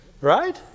Right